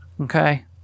okay